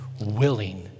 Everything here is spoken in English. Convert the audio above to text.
willing